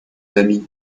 ami